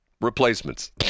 replacements